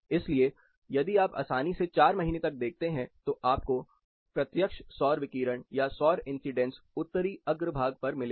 इसलिए यदि आप आसानी से चार महीने तक देखते हैं तो आपको प्रत्यक्ष सौर विकिरण या सौर इंसीडेंस उत्तरी अग्रभाग पर मिलेगा